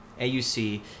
AUC